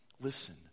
Listen